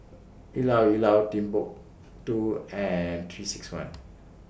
Llao Llao Timbuk two and three six one